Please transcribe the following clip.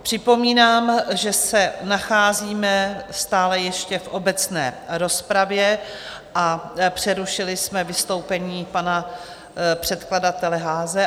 Připomínám, že se nacházíme stále ještě v obecné rozpravě, a přerušili jsme vystoupení pana předkladatele Haase.